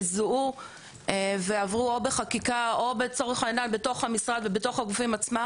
שזוהו ועברו או בחקיקה או לצורך העניין בתוך המשרד ובתוך הגופים עצמם,